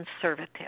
conservative